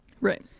Right